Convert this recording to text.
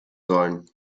sollen